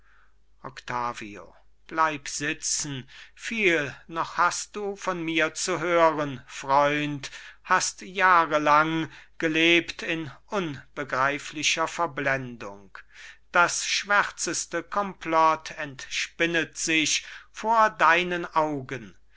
octavio bleib sitzen viel noch hast du von mir zu hören freund hast jahre lang gelebt in unbegreiflicher verblendung das schwärzeste komplott entspinnet sich vor deinen augen